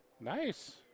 Nice